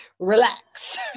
relax